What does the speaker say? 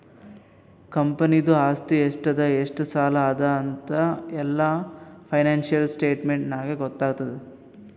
ಕಂಪನಿದು ಆಸ್ತಿ ಎಷ್ಟ ಅದಾ ಎಷ್ಟ ಸಾಲ ಅದಾ ಅಂತ್ ಎಲ್ಲಾ ಫೈನಾನ್ಸಿಯಲ್ ಸ್ಟೇಟ್ಮೆಂಟ್ ನಾಗೇ ಗೊತ್ತಾತುದ್